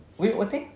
wait what thing